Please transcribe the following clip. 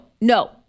no